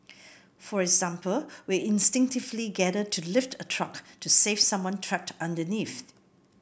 for example we instinctively gather to lift a truck to save someone trapped underneath